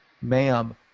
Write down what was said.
ma'am